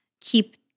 keep